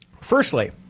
Firstly